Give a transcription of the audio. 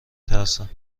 ترسم